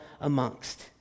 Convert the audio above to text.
amongst